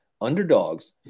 underdogs